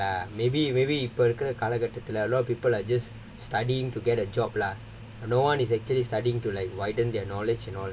okay lah maybe maybe இப்போ இருக்குற காலகட்டத்துல:ippo irukkura kaalakattathula a lot of people are just studying to get a job lah no one is actually starting to like widen their knowledge and all